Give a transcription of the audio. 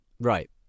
Right